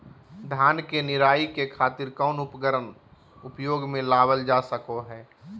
धान के निराई के खातिर कौन उपकरण उपयोग मे लावल जा सको हय?